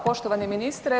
Poštovani ministre.